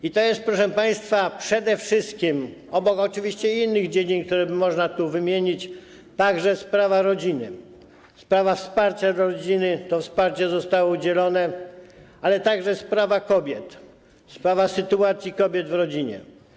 I to jest, proszę państwa, przede wszystkim - obok oczywiście innych dziedzin, które by można tu wymienić - także sprawa rodziny, sprawa wsparcia rodziny, to wsparcie zostało udzielone, ale także sprawa kobiet, sprawa sytuacji kobiet w rodzinie.